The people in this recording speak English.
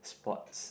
sports